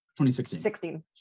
2016